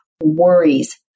worries